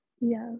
Yes